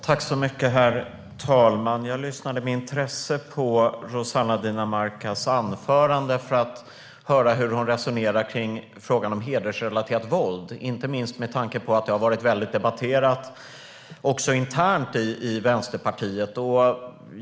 Herr talman! Jag lyssnade med intresse på Rossana Dinamarcas anförande för att höra hur hon resonerar om frågan om hedersrelaterat våld, inte minst med tanke på att frågan har debatterats internt i Vänsterpartiet.